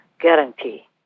guarantee